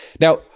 Now